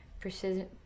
precision